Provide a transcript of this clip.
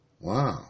Wow